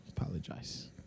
Apologize